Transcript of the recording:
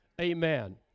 Amen